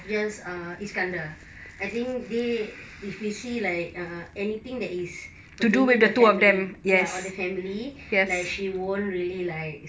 just ah iskandar I think they if you see like ah anything that is pertaining to family ya or the family like she won't really like